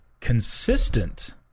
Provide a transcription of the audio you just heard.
consistent